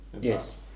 Yes